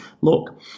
look